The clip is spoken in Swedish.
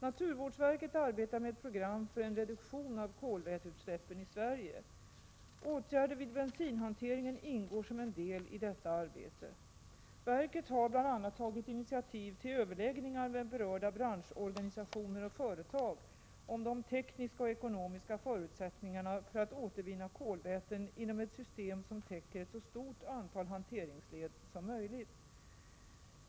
Naturvårdsverket arbetar med ett program för en reduktion av kolväteutsläppen i Sverige. Åtgärder vid bensinhanteringen ingår som en del i detta arbete. Verket har bl.a. tagit initiativ till överläggningar med berörda branschorganisationer och företag om de tekniska och ekonomiska förutsättningarna för att återvinna kolväten inom ett system som täcker ett så stort antal hanteringsled som möjligt.